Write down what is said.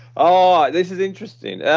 ah this is interesting.